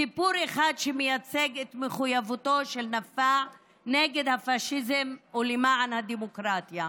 סיפור אחד שמייצג את מחויבותו של נפאע נגד הפשיזם ולמען הדמוקרטיה.